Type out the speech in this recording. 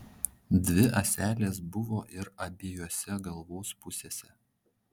dvi ąselės buvo ir abiejose galvos pusėse